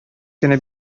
көне